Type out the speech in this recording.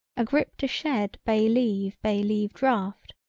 a grip to shed bay leave bay leave draught,